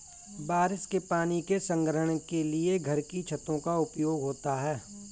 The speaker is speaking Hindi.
बारिश के पानी के संग्रहण के लिए घर की छतों का उपयोग होता है